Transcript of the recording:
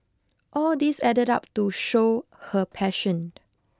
all these added up to show her passion